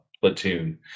platoon